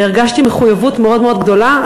והרגשתי מחויבות מאוד מאוד גדולה.